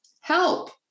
Help